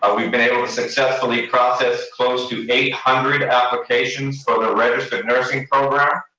ah we've been able to successfully process close to eight hundred applications for the registered nursing program,